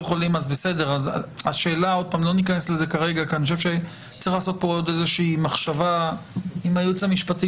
צריך לעשות עוד איזושהי חשיבה עם הייעוץ המשפטי